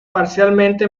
parcialmente